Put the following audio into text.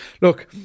look